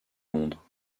londres